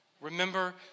Remember